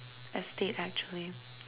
estate actually